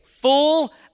full